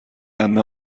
عمه